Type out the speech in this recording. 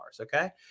okay